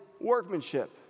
workmanship